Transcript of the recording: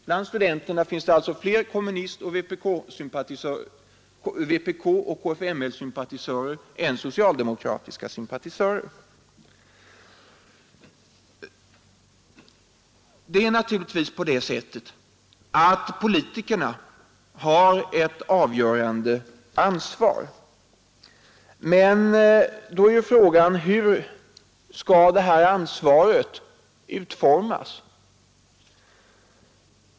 Bland studenterna finns alltså fler vpkoch KFML-sympatisörer än socialdemokratiska sympatisörer, Politikerna har ett avgörande ansvar, men frågan är då hur detta ansvar skall utformas.